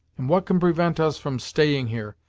and what can prevent us from staying here,